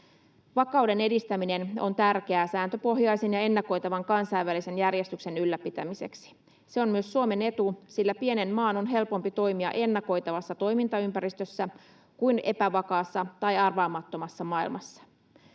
Vakauden edistäminen on tärkeää sääntöpohjaisen ja ennakoitavan kansainvälisen järjestyksen ylläpitämiseksi. Se on myös Suomen etu, sillä pienen maan on helpompi toimia ennakoitavassa toimintaympäristössä kuin epävakaassa tai arvaamattomassa maailmassa.